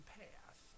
path